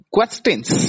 Questions